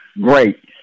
great